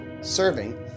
serving